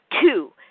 two